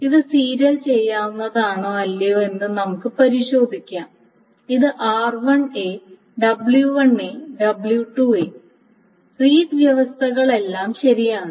ഇത് സീരിയൽ ചെയ്യാവുന്നതാണോ അല്ലയോ എന്ന് നമുക്ക് പരിശോധിക്കാം ഇത് r1 w1 w2 റീഡ് വ്യവസ്ഥകൾ എല്ലാം ശരിയാണ്